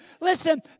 Listen